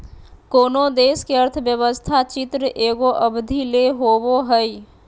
कोनो देश के अर्थव्यवस्था चित्र एगो अवधि ले होवो हइ